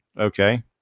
Okay